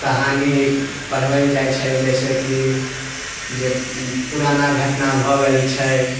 कहानी पढ़ाओल जाइ छै जाहिसे की जे पुराना घटना भऽ गेल छै